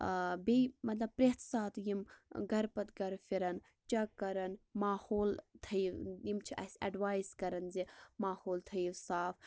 بیٚیہِ مَطلَب پرٛتھ ساتہٕ یم گَرٕ پَتہٕ گَرٕ پھِران چَیک کَران ماحول تھٲوِو یم چھِ اَسہِ ایٚڈوایس کَران زِ ماحول تھٲوِو صاف